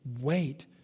Wait